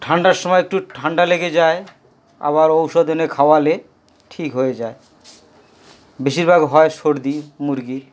ঠান্ডার সময় একটু ঠান্ডা লেগে যায় আবার ঔষধ এনে খাওয়ালে ঠিক হয়ে যায় বেশিরভাগ হয় সর্দি মুরগির